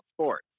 sports